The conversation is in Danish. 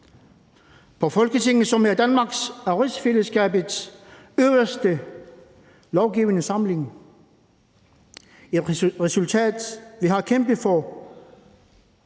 i Folketinget, som er Danmarks og rigsfællesskabets øverste lovgivende forsamling. Det er et resultat, vi har kæmpet for